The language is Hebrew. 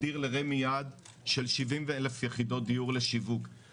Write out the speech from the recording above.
רוצים ללכת לשירותים ולא רוצים שזה יזרום בוואדי הסמוך,